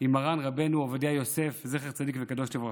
עם מרן רבנו עובדיה יוסף, זכר צדיק וקדוש לברכה.